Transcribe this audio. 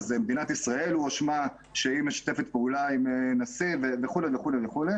מדינת ישראל הואשמה שהיא משתפת פעולה עם הנשיא וכולי וכולי.